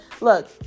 Look